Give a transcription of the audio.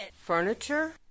Furniture